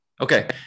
Okay